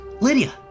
Lydia